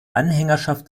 anhängerschaft